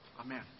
Amen